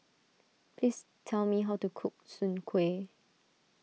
please tell me how to cook Soon Kway